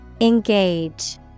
Engage